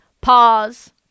Pause